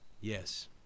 Yes